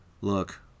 look